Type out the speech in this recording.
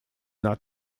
not